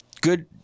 Good